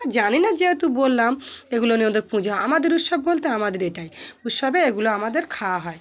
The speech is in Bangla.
আর জানি না যেহেতু বললাম এগুলো নিয়ে ওদের পুজো আমাদের উৎসব বলতে আমাদের এটাই উৎসবে এগুলো আমাদের খাওয়া হয়